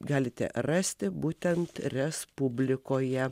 galite rasti būtent respublikoje